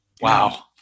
Wow